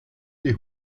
die